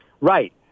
Right